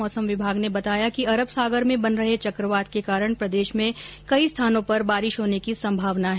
मौसम विभाग ने बताया कि अरब सागर में बन रहे चक्रवात के कारण प्रदेश में भी कई स्थानों पर बारिश होने की संभावना है